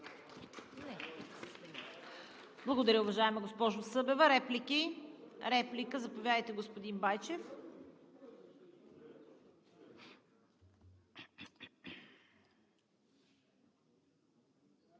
Благодаря, уважаема госпожо Събева. Реплики? Реплика – заповядайте, господин Байчев.